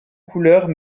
couleurs